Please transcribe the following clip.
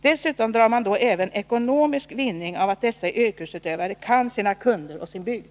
Dessutom drar man då även ekonomisk vinning av att dessa yrkesutövare kan sina kunder och sin bygd.